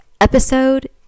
episode